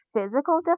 physical